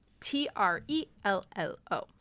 T-R-E-L-L-O